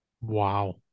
wow